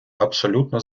абсолютно